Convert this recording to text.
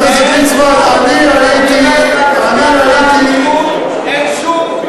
אין שום,